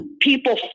people